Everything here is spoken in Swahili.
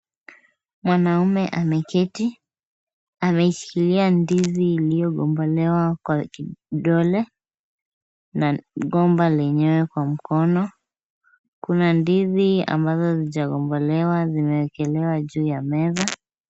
Mwanaume ameketi ameshikilia ndizi iliyogombolewa kwa kidole na gomba lenyewe kwa mkono. Kuna ndizi ambazo hazijagombolewa zimewekelewa juu ya meza.